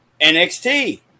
NXT